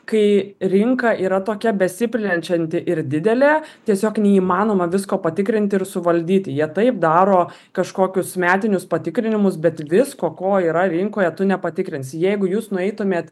kai rinka yra tokia besiplečianti ir didelė tiesiog neįmanoma visko patikrinti ir suvaldyti jie taip daro kažkokius metinius patikrinimus bet visko ko yra rinkoje tu nepatikrinsi jeigu jūs nueitumėt